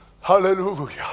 Hallelujah